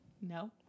No